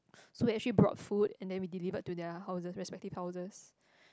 so actually brought food and then we delivered to their houses respective houses